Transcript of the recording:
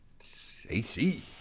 AC